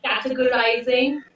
categorizing